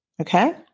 Okay